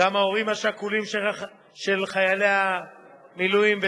גם ההורים השכולים של חיילי המילואים,